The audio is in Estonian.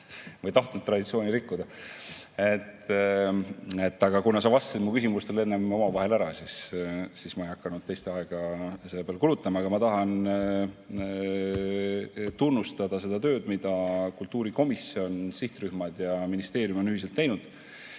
ei tahtnud traditsiooni rikkuda. Aga kuna sa vastasid mu küsimustele enne omavahel ära, siis ma ei hakanud teiste aega selle peale kulutama. Aga ma tahan tunnustada seda tööd, mida kultuurikomisjon, sihtrühmad ja ministeerium on ühiselt teinud.